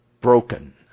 broken